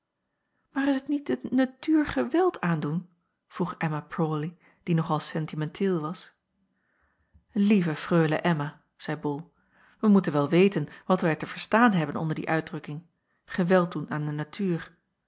aar is het niet de natuur geweld aandoen vroeg mma rawley die nog al sentimenteel was ieve reule mma zeî ol wij moeten wel weten wat wij te verstaan hebben onder die uitdrukking geweld doen aan de natuur